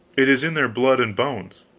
it is in their blood and bones.